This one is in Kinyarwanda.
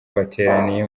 bateraniye